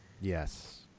Yes